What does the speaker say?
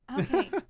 Okay